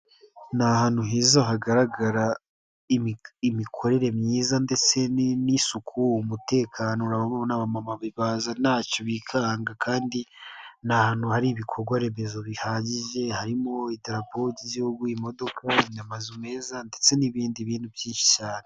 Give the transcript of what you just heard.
Ni ahantu heza hagaragara imikorere myiza ndetse n'isuku, umutekano urabona abamama baza ntacyo bikanga, kandi ni ahantu hari ibikorwaremezo bihagije, harimo idarapo ry'igihugu, imodoka, amazu meza, ndetse n'ibindi bintu byinshi cyane.